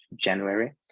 January